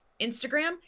Instagram